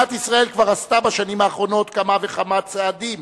מדינת ישראל כבר עשתה בשנים האחרונות כמה וכמה צעדים